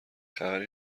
خبری